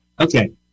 Okay